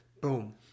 Boom